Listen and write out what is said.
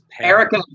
Erica